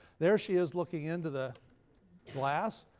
there she is looking into the glass,